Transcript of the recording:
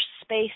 space